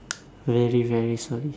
very very sorry